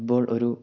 football ഒരു